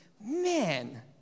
man